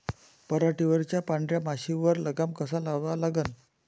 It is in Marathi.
पराटीवरच्या पांढऱ्या माशीवर लगाम कसा लावा लागन?